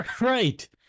Right